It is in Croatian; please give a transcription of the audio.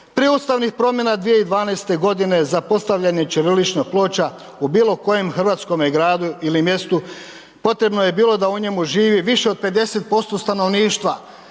Prije ustavnih promjena 2012.g. za postavljanje ćiriličnih ploča u bilo kojem hrvatskome gradu ili mjestu potrebno je bilo da u njemu živi više od 50% stanovništva,